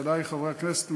וודאי חברי הכנסת,